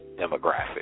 demographic